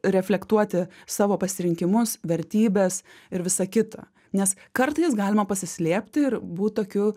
reflektuoti savo pasirinkimus vertybes ir visa kita nes kartais galima pasislėpti ir būt tokiu